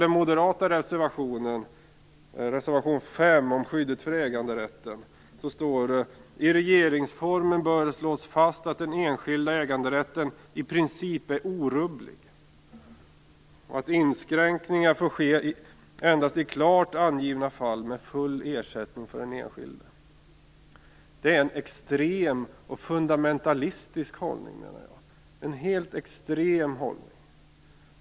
I Moderaternas reservation om skyddet av äganderätten, reservation 5, står det: "I regeringsformen bör slås fast att den enskilda äganderättens princip är orubblig och att inskränkningar får ske endast i klart angivna fall med full ersättning till den enskilde." Det är en extrem och fundamentalistisk hållning, menar jag.